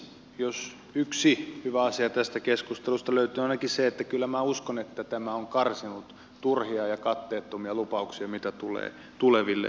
jos yksi hyvä asia tästä keskustelusta löytyy se on ainakin se että kyllä minä uskon että tämä on karsinut turhia ja katteettomia lupauksia mitä tulee tuleville vuosille